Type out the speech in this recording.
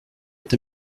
est